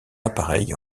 appareil